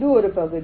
இது ஒரு பகுதி